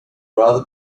rather